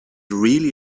really